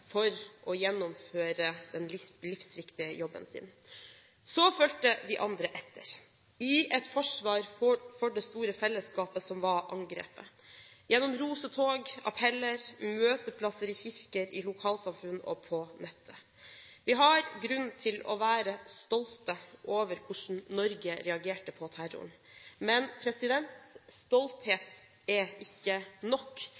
for å gjennomføre den livsviktige jobben sin. Så fulgte de andre etter i et forsvar for det store fellesskapet som var angrepet – gjennom rosetog, appeller, møteplasser i kirker, i lokalsamfunn og på nettet. Vi har grunn til å være stolte over hvordan Norge reagerte på terroren. Men stolthet er ikke nok,